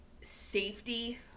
safety